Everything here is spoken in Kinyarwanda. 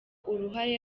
uruhare